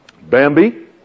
Bambi